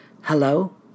Hello